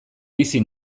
bizi